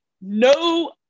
no